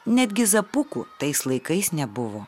netgi zapukų tais laikais nebuvo